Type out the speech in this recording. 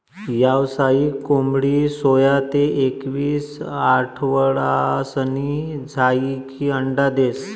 यावसायिक कोंबडी सोया ते एकवीस आठवडासनी झायीकी अंडा देस